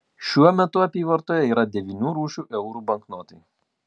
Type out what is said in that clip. šiuo metu apyvartoje yra devynių rūšių eurų banknotai